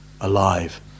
alive